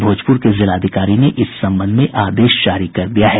भोजपुर के जिलाधिकारी ने इस संबंध में आदेश जारी कर दिया है